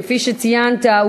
כפי שציינת,